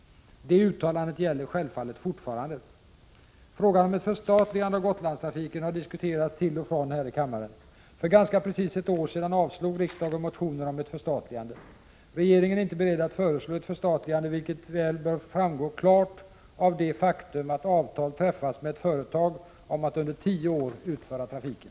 Det uttalandet gäller självfallet fortfarande. Frågan om ett förstatligande av Gotlandstrafiken har diskuterats till och från här i kammaren. För ganska precis ett år sedan avslog riksdagen motioner om ett förstatligande. Regeringen är inte beredd att föreslå ett förstatligande, vilket väl bör framgå klart av det faktum att avtal träffats med ett företag om att under tio år sköta trafiken.